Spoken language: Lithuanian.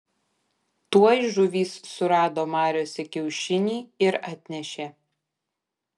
tuoj žuvys surado mariose kiaušinį ir atnešė